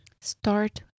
Start